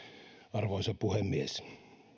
arvoisa puhemies